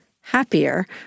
happier